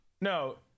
no